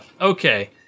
Okay